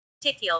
Tickle